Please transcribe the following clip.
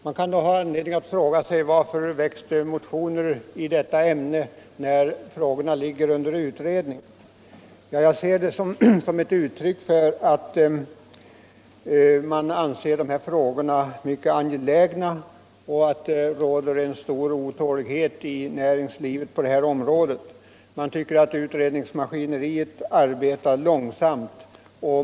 Man kan då ha anledning fråga varför det väckts motioner i ärendet, när frågorna redan ligger under utredning. Ja, jag ser det som ett uttryck för att man anser dessa frågor som mycket angelägna och att det råder stor otålighet i näringslivet på detta område. Man tycker att utredningsmaskineriet arbetar långsamt.